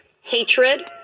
hatred